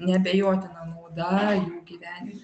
neabejotina nauda jų gyvenimui